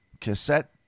cassette